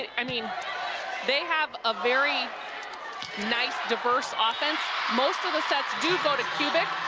i mean they have a very nice diverse offense most of the sets do go to kubik.